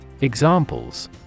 Examples